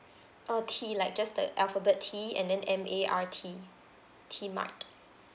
oh T like just the alphabet T and then M A R T T mart